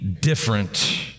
different